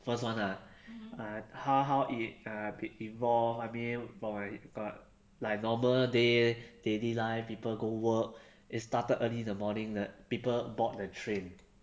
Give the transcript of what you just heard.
first one ah err how how it evolved I mean for my got like normal day daily life people go work it started early in the morning th~ people board the train